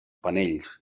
panells